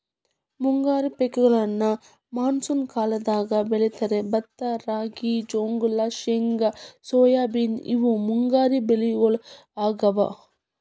ಮುಂಗಾರಿ ಪೇಕಗೋಳ್ನ ಮಾನ್ಸೂನ್ ಕಾಲದಾಗ ಬೆಳೇತಾರ, ಭತ್ತ ರಾಗಿ, ಗೋಂಜಾಳ, ಶೇಂಗಾ ಸೋಯಾಬೇನ್ ಇವು ಮುಂಗಾರಿ ಬೆಳಿಗೊಳಾಗ್ಯಾವು